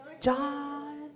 John